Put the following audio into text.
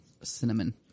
Cinnamon